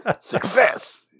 Success